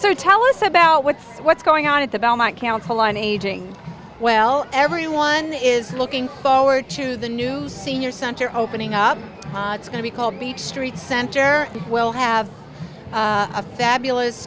tell us about what's what's going on at the belmont council on aging well everyone is looking forward to the new senior center opening up it's going to be called beach street center we'll have a fabulous